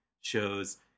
shows